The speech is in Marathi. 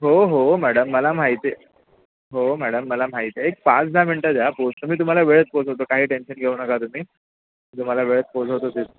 हो हो मॅडम मला माहिती हो मॅडम मला माहिती आहे एक पाच दहा मिनटं द्या पोचतो मी तुम्हाला वेळेत पोचवतो काही टेन्शन घेऊ नका तुम्ही तुम्हाला वेळेत पोचवतो तित